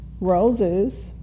roses